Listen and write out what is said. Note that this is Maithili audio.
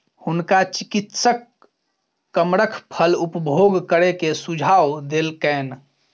हुनका चिकित्सक कमरख फल उपभोग करै के सुझाव देलकैन